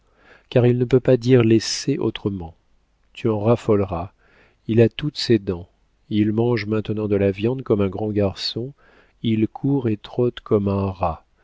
car il ne peut pas dire les c autrement tu en raffoleras il a toutes ses dents il mange maintenant de la viande comme un grand garçon il court et trotte comme un rat